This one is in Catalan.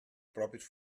propis